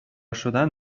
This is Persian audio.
شدن